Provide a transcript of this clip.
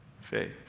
faith